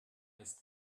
ist